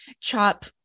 chop